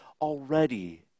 Already